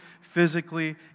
physically